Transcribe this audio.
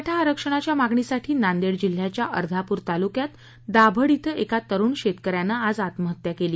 मराठा आरक्षणाच्या मागणीसाठी नांदेड जिल्ह्याच्या अर्धापूर तालुक्यात दाभड इथं एका तरूण शेतकऱ्यानं आज आत्महत्या केली